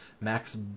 Max